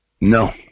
No